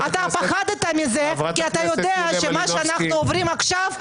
פחדת מזה כי אתה יודע שמה שאנחנו עוברים עכשיו,